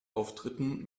auftritten